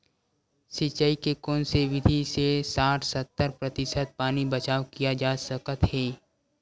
सिंचाई के कोन से विधि से साठ सत्तर प्रतिशत पानी बचाव किया जा सकत हे?